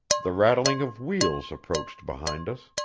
the rattling of wheels approached behind us,